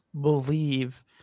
believe